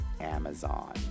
Amazon